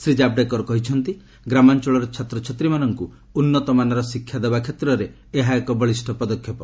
ଶ୍ରୀ କାବଡେକର କହିଛନ୍ତି ଗ୍ରାମାଞ୍ଚଳର ଛାତ୍ରଛାତ୍ରୀମାନଙ୍କୁ ଉନ୍ନତମାନର ଶିକ୍ଷା ଦେବା କ୍ଷେତ୍ରରେ ଏହା ଏକ ବଳିଷ୍ଠ ପଦକ୍ଷେପ